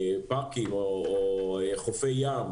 פארקים או חופי ים,